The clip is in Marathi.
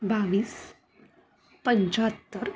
बावीस पंच्याहत्तर